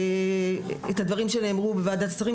את הדברים שנאמרו בוועדת השרים.